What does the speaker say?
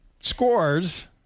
scores